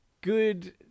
Good